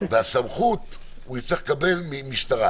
ואת הסמכות הוא יצטרך לקבל מהמשטרה,